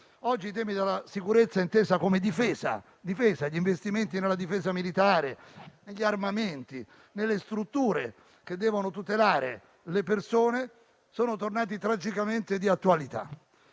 Oggi i temi della sicurezza, intesa come difesa (gli investimenti nella difesa militare, negli armamenti, nelle strutture che devono tutelare le persone), sono tornati tragicamente d'attualità.